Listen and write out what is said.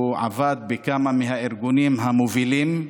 הוא עבד בכמה מהארגונים המובילים: